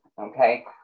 Okay